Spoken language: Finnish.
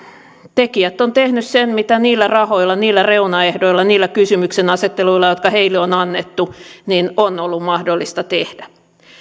tekijät ovat tehneet sen mitä niillä rahoilla niillä reunaehdoilla niillä kysymyksenasetteluilla jotka heille on annettu on ollut mahdollista tehdä